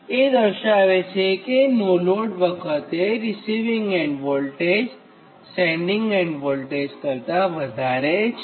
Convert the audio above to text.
એ દર્શાવે છે કે નો લોડ વખતે receiving end voltage sending end voltage કરતાં વધારે છે